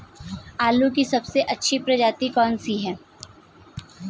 आलू की सबसे अच्छी प्रजाति कौन सी है?